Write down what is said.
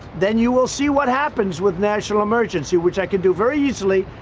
then you will see what happens with national emergency, which i can do very easily.